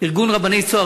ארגון רבני "צהר",